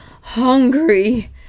hungry